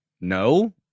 No